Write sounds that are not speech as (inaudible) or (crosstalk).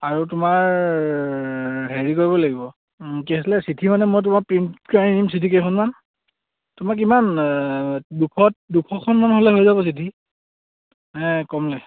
আৰু তোমাৰ হেৰি কৰিব লাগিব কি আছিলে চিঠি মানে মই তোমাৰ প্ৰিণ্ট কৰি নিম চিঠি কেইখনমান তোমাৰ কিমান দুশ দুশখনমান হ'লে হৈ যাব চিঠি (unintelligible)